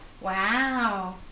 Wow